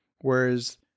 Whereas